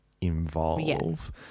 involve